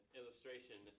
illustration